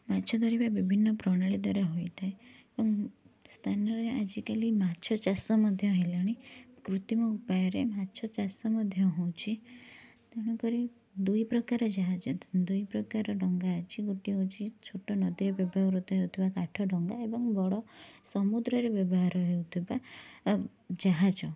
ମାଛ ଧରିବା ବିଭିନ୍ନ ପ୍ରଣାଳୀ ଦ୍ଵାରା ହୋଇଥାଏ ଏବଂ ସ୍ଥାନରେ ଆଜିକାଲି ମାଛ ଚାଷ ମଧ୍ୟ ହେଲାଣି କୃତ୍ରିମ ଉପାୟରେ ମାଛ ଚାଷ ମଧ୍ୟ ହଉଛି ତେଣୁ କରି ଦୁଇ ପ୍ରକାର ଜାହାଜ ଦୁଇ ପ୍ରକାର ଡଙ୍ଗା ଅଛି ଗୋଟେ ହଉଛି ଛୋଟ ନଦୀରେ ବ୍ୟବହାର ହଉଥିବା କାଠ ଡଙ୍ଗା ଏବଂ ବଡ଼ ସମୁଦ୍ରରେ ବ୍ୟବହାର ହେଉଥିବା ଜାହାଜ